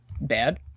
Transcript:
bad